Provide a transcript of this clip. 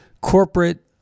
corporate